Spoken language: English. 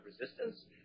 resistance